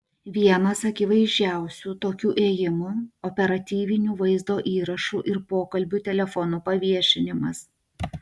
vienas akivaizdžiausių tokių ėjimų operatyvinių vaizdo įrašų ir pokalbių telefonu paviešinimas